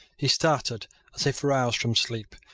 he started as if roused from sleep,